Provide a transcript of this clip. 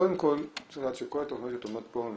קודם כל צריך לדעת שכל התכניות שאת מציגה פה הן